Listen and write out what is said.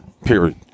period